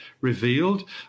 revealed